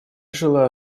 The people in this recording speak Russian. желаю